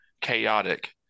chaotic